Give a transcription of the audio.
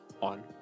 On